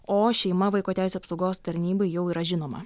o šeima vaiko teisių apsaugos tarnybai jau yra žinoma